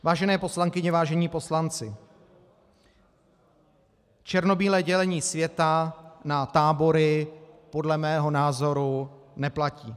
Vážené poslankyně, vážení poslanci, černobílé dělení světa na tábory podle mého názoru neplatí.